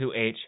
2h